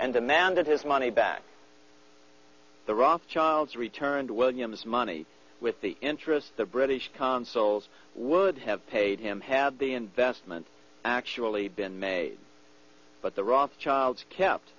and demanded his money back the rothschilds returned williams money with the interest the british consuls would have paid him had the investment actually been made but the rothschilds kept